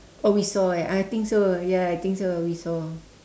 oh we saw eh I think so ya I think so we saw